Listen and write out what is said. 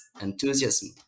enthusiasm